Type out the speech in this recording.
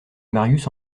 marius